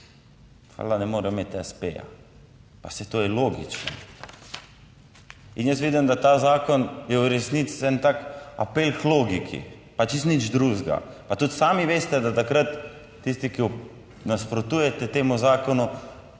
pa ne morejo imeti s.p.-ja, pa saj to je logično. In jaz vidim, da ta zakon je v resnici en tak apel k logiki, pa čisto nič drugega. Pa tudi sami veste, da takrat tisti, ki nasprotujete temu zakonu,